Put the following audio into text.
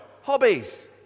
hobbies